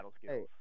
Hey